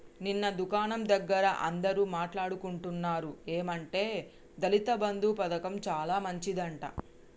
నిన్న దుకాణం దగ్గర అందరూ మాట్లాడుకుంటున్నారు ఏమంటే దళిత బంధు పథకం చాలా మంచిదట